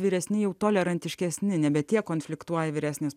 vyresni jau tolerantiškesni nebe tie konfliktuoja vyresnis